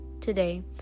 Today